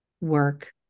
work